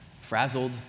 frazzled